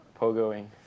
pogoing